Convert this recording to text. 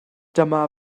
dyma